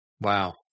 Wow